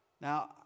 Now